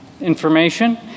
information